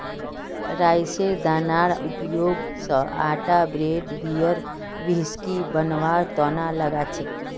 राईयेर दानार उपयोग स आटा ब्रेड बियर व्हिस्की बनवार तना लगा छेक